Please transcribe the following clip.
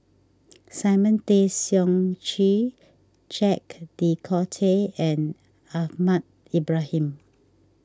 Simon Tay Seong Chee Jacques De Coutre and Ahmad Ibrahim